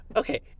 Okay